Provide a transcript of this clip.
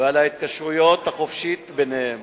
ועל ההתקשרות החופשית ביניהם.